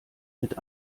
mit